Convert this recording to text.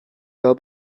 wel